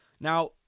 Now